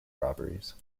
robberies